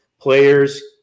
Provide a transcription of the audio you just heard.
players